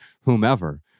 whomever